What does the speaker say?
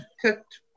cooked